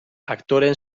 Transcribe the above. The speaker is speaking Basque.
aktoreen